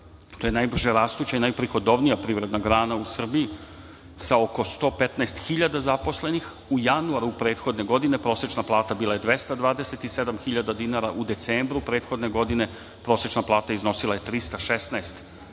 To je najbrže rastuća i najprihodovanija privredna grana u Srbiji, sa oko 115 hiljade zaposlenih. U januaru prethodne godine prosečna plata bila je 227 hiljada dinara, u decembru prethodne godine prosečna plata iznosila je 316 hiljada dinara.